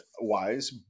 wise